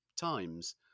Times